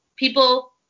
People